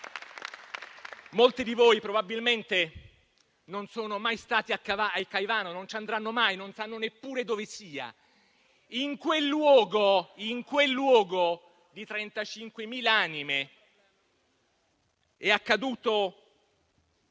Molti di voi probabilmente non sono mai stati a Caivano e non ci andranno mai, magari non sanno neppure dove sia, ma in quel luogo di 35.000 anime è accaduto